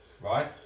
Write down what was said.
right